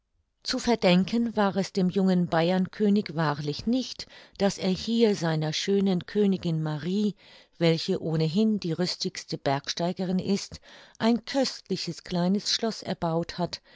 zu verdenken war es dem jungen bayernkönig wahrlich nicht daß er hier seiner schönen königin marie welche ohnehin die rüstigste bergsteigerin ist ein köstliches kleines schloß erbaut hat